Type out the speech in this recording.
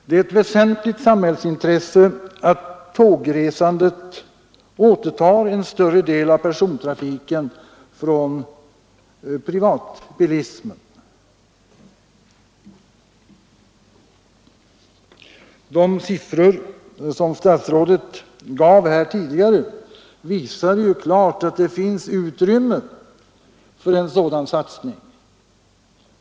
Det är ett väsentligt samhällsintresse att tågresandet återtar en större del av persontrafiken från privatbilismen. De siffror som statsrådet gav här tidigare visar klart att det finns utrymme för en sådan satsning.